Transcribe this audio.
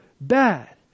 bad